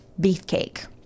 Beefcake